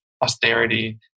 austerity